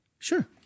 Sure